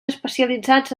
especialitzats